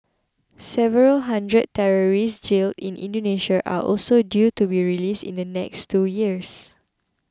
several hundred terrorists jailed in Indonesia are also due to be released in the next two years